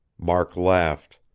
mark laughed.